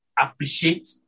appreciate